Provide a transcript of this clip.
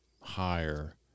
higher